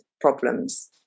problems